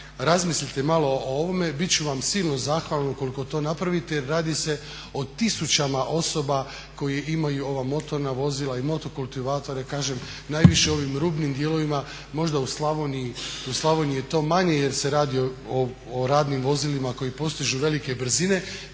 razmislite malo o ovome, bit ću vam silno zahvalan ukoliko to napravite jer radi se o tisućama osoba koje imaju ova motorna vozila i motokultivatore, kažem najviše ovim rubnim dijelovima. Možda u Slavoniji je to manje jer se radi o radnim vozilima koja postižu velike brzine